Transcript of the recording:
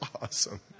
awesome